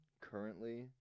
currently